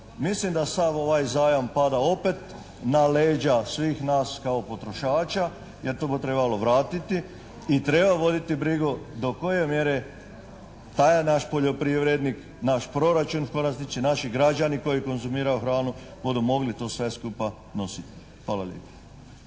Mislim da sav ovaj zajam pada opet na leđa svih nas kao potrošača, jer to bu trebalo vratiti i treba voditi brigu do koje mjere taj naš poljoprivrednik naš proračun koga stiču naši građani koji konzumiraju hranu budu mogli to sve skupa nositi. Hvala lijepo.